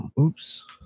Oops